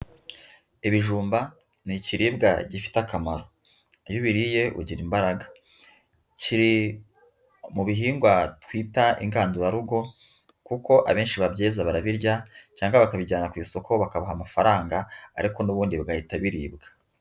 Ibijumba ni ikiribwa gifite akamaro. Iyo ubiriye ugira imbaraga. Kiri mu bihingwa twita ingandurarugo, kuko abenshi babyeza barabirya, cyangwa bakabijyana ku isoko bakabaha amafaranga ariko n'ubundi bigahita biribwa.